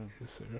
Yes